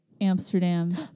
Amsterdam